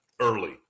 early